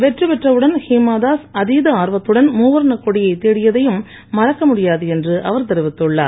வெற்றி பெற்றவுடன் ஹீமாதாஸ் அதித ஆர்வத்துடன் மூவர்ணக் கொடியைத் தேடியதையும் மறக்க முடியாது என்று அவர் தெரிவித்துள்ளார்